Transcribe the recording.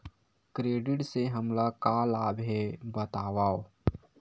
Credit से हमला का लाभ हे बतावव?